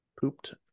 pooped